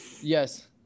yes